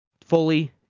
fully